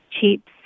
cheap